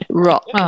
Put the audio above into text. Rock